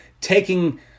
taking